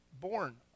born